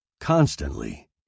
Constantly